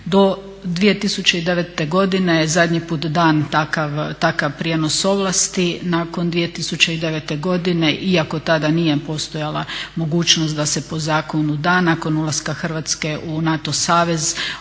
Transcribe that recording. Do 2009.godine zadnji put je dan takav prijenos ovlasti, nakon 2009.godine iako tada nije postojala mogućnost da se po zakonu da nakon ulaska Hrvatske u NATO savez